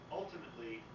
ultimately